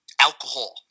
alcohol